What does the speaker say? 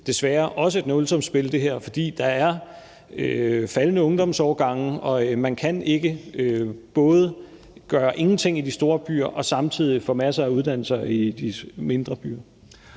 desværre også et nulsumsspil, fordi der er faldende ungdomsårgange, og man kan ikke både gøre ingenting i de store byer og samtidig få masser af uddannelser i de mindre byer.